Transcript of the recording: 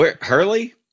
Hurley